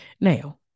now